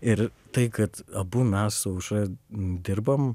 ir tai kad abu mes su aušra dirbam